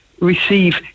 receive